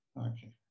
Okay